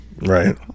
Right